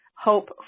hope